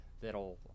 that'll